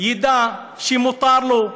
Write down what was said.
ידע שמותר לו.